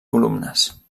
columnes